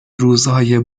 روزهای